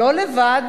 לא לבד,